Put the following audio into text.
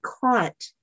caught